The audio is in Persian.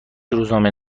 روزنامه